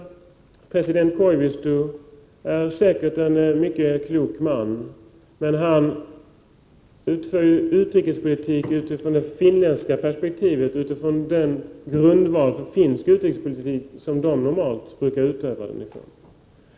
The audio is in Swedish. President Koivisto är säkert en mycket klok man, men han för en utrikespolitik utifrån det finska perspektivet, och utifrån den grundval som finsk utrikespolitik normalt vilar på.